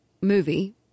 movie